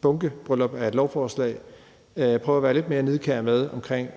bunkebryllup af et lovforslag, prøve at være lidt mere nidkær med,